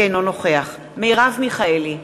אינו נוכח מרב מיכאלי,